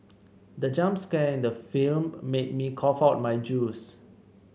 the jump scare in the film made me cough out my juice